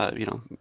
ah you know,